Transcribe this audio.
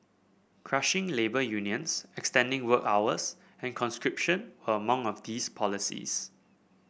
crushing labour unions extending work hours and conscription were among of these policies